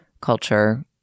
culture